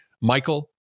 Michael